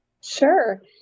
Sure